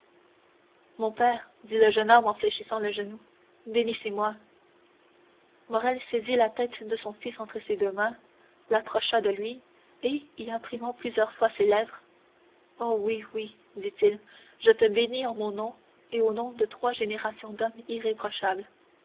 mon père dit le jeune homme en fléchissant le genou bénissez-moi morrel saisit la tête de son fils entre ses deux mains l'approcha de lui et y imprimant plusieurs fois ses lèvres oh oui oui dit-il je te bénis en mon nom et au nom de trois générations d'hommes irréprochables